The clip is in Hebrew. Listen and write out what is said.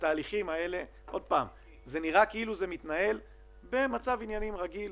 זה נראה כאילו זה מתנהל במצב עניינים רגיל,